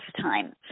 time